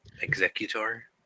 Executor